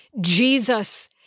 Jesus